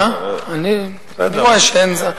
אני רואה שאין שר.